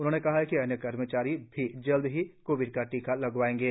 उन्होंने कहा कि अन्य कर्मचारी भी जल्द ही कोविड का टीका लगवाएंगे